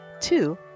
Two